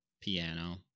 piano